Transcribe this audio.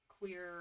queer